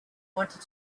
wanted